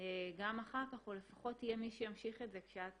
גם אחר כך או לפחות יהיה מי שימשיך את זה כשאת